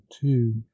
two